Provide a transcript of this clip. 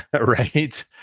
Right